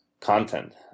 content